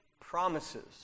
promises